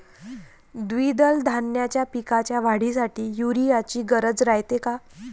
द्विदल धान्याच्या पिकाच्या वाढीसाठी यूरिया ची गरज रायते का?